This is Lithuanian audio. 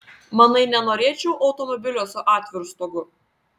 manai nenorėčiau automobilio su atviru stogu